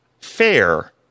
fair